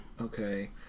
Okay